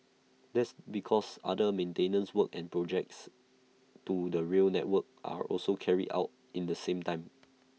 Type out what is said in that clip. that's because other maintenance work and projects to the rail network are also carried out in the same time